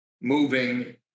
moving